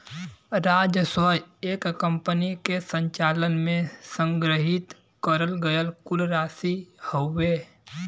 राजस्व एक कंपनी के संचालन में संग्रहित करल गयल कुल राशि हउवे